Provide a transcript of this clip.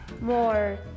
more